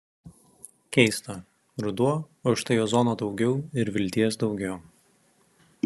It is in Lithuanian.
keista ruduo o štai ozono daugiau ir vilties daugiau